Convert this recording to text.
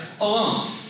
alone